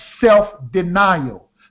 self-denial